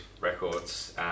records